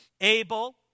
Abel